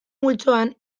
multzoan